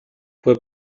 fue